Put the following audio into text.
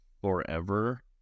forever